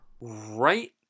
Right